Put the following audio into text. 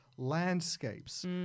landscapes